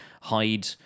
hide